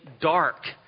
dark